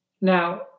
Now